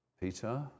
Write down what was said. Peter